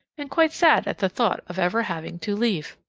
and quite sad at the thought of ever having to leave.